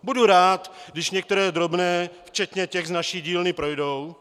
Budu rád, když některé drobné, včetně těch z naší dílny, projdou.